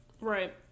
right